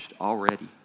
already